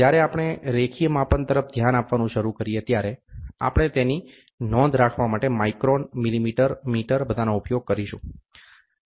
જ્યારે આપણે રેખીય માપન તરફ ધ્યાન આપવાનું શરૂ કરીએ ત્યારે આપણે તેની નોંઘ રાખવા માટે માઇક્રોન મિલીમીટર મીટર બધાનો ઉપયોગ કરીશું